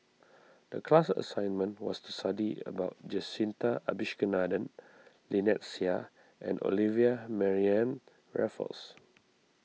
the class assignment was to study about Jacintha Abisheganaden Lynnette Seah and Olivia Mariamne Raffles